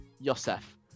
Yosef